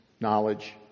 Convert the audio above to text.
knowledge